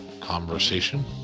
conversation